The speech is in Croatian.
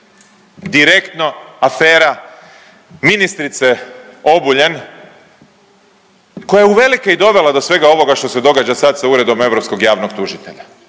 direktno afera ministrice Obuljen koja je uvelike i dovela do svega ovoga što se događa sad sa Uredom europskog javnog tužitelja,